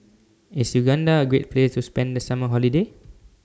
IS Uganda A Great Place to spend The Summer Holiday